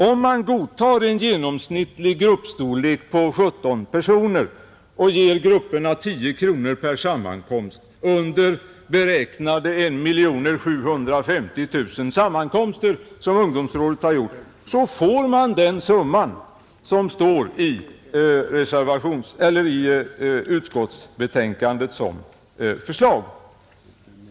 Om man godtar en genomsnittlig gruppstorlek på 17 personer och vi ger grupperna 10 kronor per sammankomst 1 750 000 samman komster, som ungdomsrådet har räknat med, så kommer man till det belopp som föreslås i utskottets betänkande.